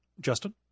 Justin